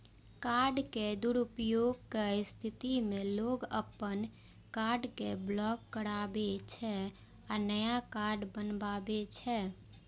card के दुरुपयोगक स्थिति मे लोग अपन कार्ड कें ब्लॉक कराबै छै आ नया कार्ड बनबावै छै